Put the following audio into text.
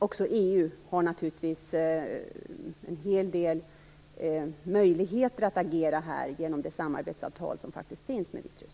Också EU har naturligtvis en hel del möjligheter att agera genom det samarbetsavtal med Vitryssland som faktiskt finns.